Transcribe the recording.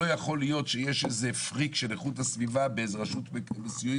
לא יכול להיות שיש איזה פריק של איכות הסביבה באיזה רשות מסוימת,